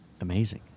amazing